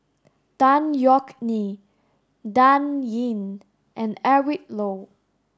Tan Yeok Nee Dan Ying and Eric Low